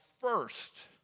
first